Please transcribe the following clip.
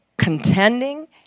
contending